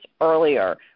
earlier